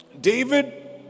David